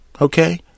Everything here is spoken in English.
Okay